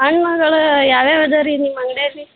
ಹಣ್ಣು ಗಳು ಯಾವ್ಯಾವು ಇದಾವ್ರಿ ನಿಮ್ಮ ಅಂಗಡಿಯಲ್ಲಿ